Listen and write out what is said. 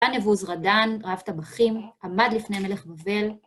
קאנבוזרדן, רב טבחים, עמד לפני מלך בבל.